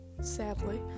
sadly